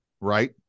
Right